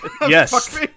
Yes